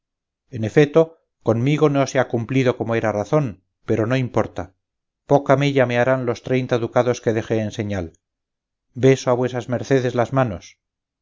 en efeto conmigo no se ha cumplido como era razón pero no importa poca mella me harán los treinta ducados que dejé en señal beso a vuesas mercedes las manos